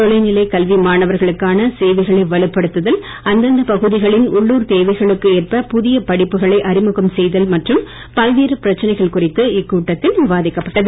தொலைநிலைக் கல்வி மாணவர்களுக்கான சேவைகளை வலுப்படுத்துதல் அந்தந்தப் பகுதிகளின் உள்ளுர் தேவைகளுக்கு ஏற்ப புதிய படிப்புகளை அறிமுகம் செய்தல் மற்றும் பல்வேறு பிரச்னைகள் குறித்து இக்கூட்டத்தில் விவாதிக்கப்பட்டது